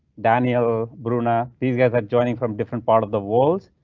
daniel bruna. these guys are joining from different part of the walls.